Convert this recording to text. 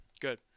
Good